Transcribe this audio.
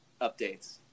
updates